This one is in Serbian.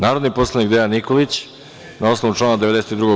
Narodni poslanik Dejan Nikolić, na osnovu člana 92.